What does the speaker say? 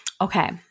Okay